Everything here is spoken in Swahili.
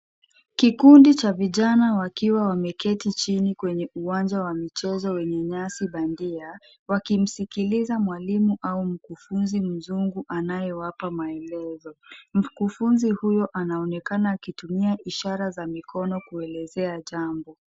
Kikundi cha vijana wakiwa wameketi chini kwenye uwanja wa michezo wenye nyasi bandia wakimskiliza mwalimu au mkufunzi mzungu anayewapa maelezo. Mkufunzi huyo anaonekana akitumia ishara za mikono kuelezea jambo.